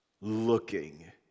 looking